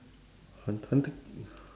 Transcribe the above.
hunt~ hunter